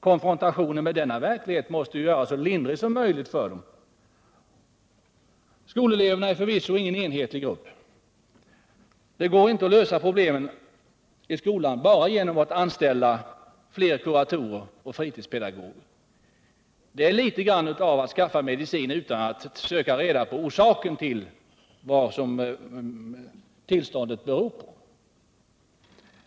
Konfrontationen med denna verklighet måste göras så lindrig som möjligt för dem. Skoleleverna är förvisso ingen enhetlig grupp. Det går inte att lösa problemen i skolan bara genom att anställa fler kuratorer och fritidspedagoger. Det är litet grand av att skaffa medicin utan att ta reda på vad tillståndet beror på.